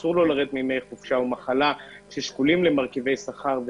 אסור שיורידו ימי חופשה ומחלה ששקולים כנגד מרכיבי שכר.